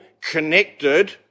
connected